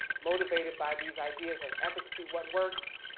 motivated by these ideas of efficacy, what works,